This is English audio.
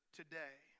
today